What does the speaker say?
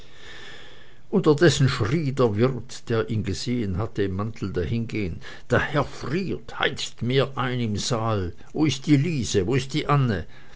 unterdessen schrie der wirt der ihn gesehen hatte im mantel dahingehen der herr friert heizet mehr ein im saal wo ist die lise wo ist die anne